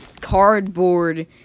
cardboard